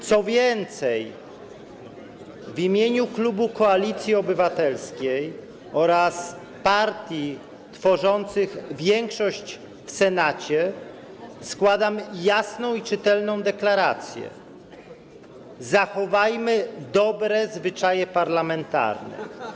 Co więcej, w imieniu klubu Koalicji Obywatelskiej oraz partii tworzących większość w Senacie składam jasną i czytelną deklarację: zachowajmy dobre zwyczaje parlamentarne.